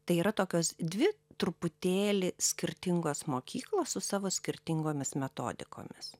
tai yra tokios dvi truputėlį skirtingos mokyklos su savo skirtingomis metodikomis